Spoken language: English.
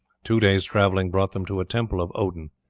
two days' travelling brought them to a temple of odin.